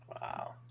Wow